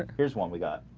here's one. we got